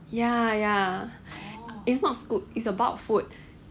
ya ya is not scoop is about food